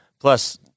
Plus